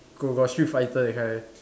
go~ got street fighter that kind